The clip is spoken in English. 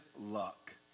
luck